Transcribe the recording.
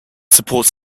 supports